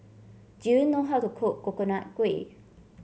do you know how to cook Coconut Kuih